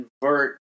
convert